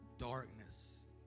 darkness